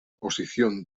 posición